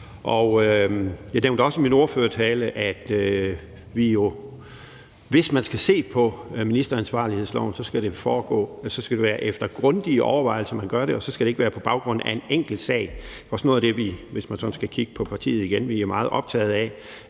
Jeg nævnte også i min ordførertale, at hvis man skal se på ministeransvarlighedsloven, skal man gøre det efter grundige overvejelser, og så skal det ikke være på baggrund af en enkelt sag. Det er også noget af det, som vi, hvis man